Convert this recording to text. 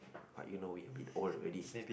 but you know you a bit old already